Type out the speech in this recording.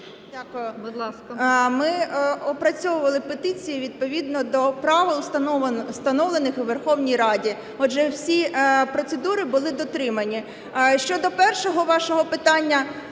Дякую. Ми опрацьовували петиції відповідно до правил, встановлених у Верховній Раді. Отже, всі процедури були дотримані. Щодо першого вашого питання,